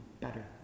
better